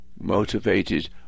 motivated